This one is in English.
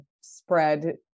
spread